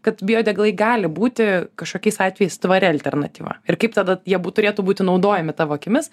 kad biodegalai gali būti kažkokiais atvejais tvaria alternatyva ir kaip tada jie būt turėtų būti naudojami tavo akimis